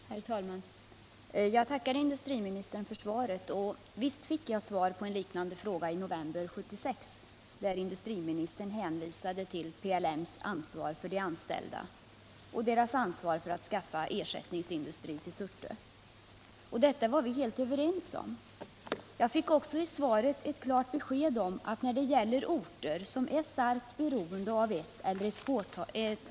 Herr talman! Wivi-Anne Radesjö har frågat mig om vilka åtgärder regeringen avser att sätta in i nuvarande läge för att rädda sysselsättningen i Surte. I mitt svar på en liknande fråga av Wivi-Anne Radesjö i november 1976 framhöll jag att det i första rummet måste ankomma på det företag som äger Surte Glasbruk att ordna ny sysselsättning för de anställda på orten. Jag informerade om att företagsledningen utredde vissa projekt som skulle kunna ge ny sysselsättning. Enligt vad jag har inhämtat har företagsledningen under det gångna året undersökt flera förslag som skulle kunna minska bonrtfallet av sysselsättning. Tyvärr har ännu inte något av dessa förslag kunnat förverkligas.